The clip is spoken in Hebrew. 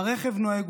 הרכב נוהג,